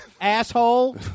Asshole